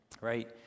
right